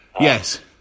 Yes